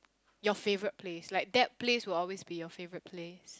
your favourite place like that place will always be your favourite place